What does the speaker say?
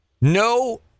no